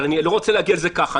אבל אני לא רוצה להגיע לזה ככה.